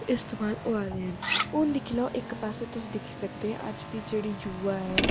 इस्तेमाल होआ दे न हून दिक्खी लैओ तुस इक पास्सै दिक्खी सकदे अज्ज दी जेह्ड़ी युवा ऐ